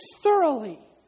thoroughly